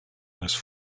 those